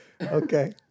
okay